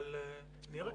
אבל נראה.